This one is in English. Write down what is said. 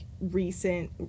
recent